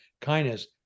kindness